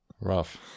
Rough